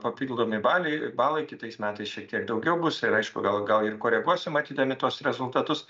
papildomi baliai balai kitais metais šiek tiek daugiau bus ir aišku gal gal ir koreguosim matydami tuos rezultatus